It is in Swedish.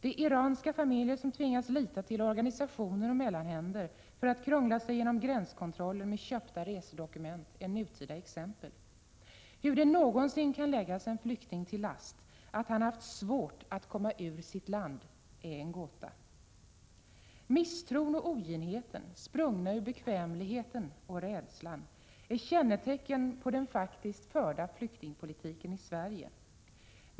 De iranska familjer som tvingas lita till organisationer och mellanhänder för att krångla sig genom gränskontroller med köpta resedokument är nutida exempel. Hur det någonsin kan läggas en flykting till last att han eller hon haft svårt att komma ur sitt land är en gåta. Misstron och oginheten, sprungna ur bekvämligheten och rädslan, är kännetecken på den faktiskt förda flyktingpolitiken i Sverige.